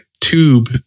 tube